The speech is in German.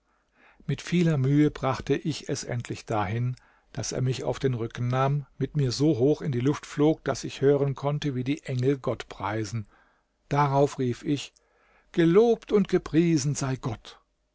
mit vieler mühe brachte ich es endlich dahin daß er mich auf den rücken nahm mit mir so hoch in die luft flog daß ich hören konnte wie die engel gott preisen darauf rief ich gelobt und gepriesen sei gott